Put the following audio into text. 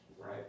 right